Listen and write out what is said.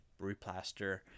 replaster